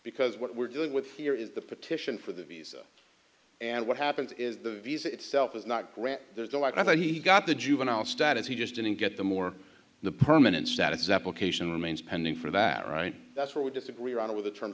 because what we're dealing with here is the petition for the visa and what happens is the visa itself is not grant there's no i think he got the juvenile status he just didn't get the more the permanent status application remains pending for that right that's where we disagree around with the term